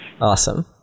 Awesome